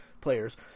players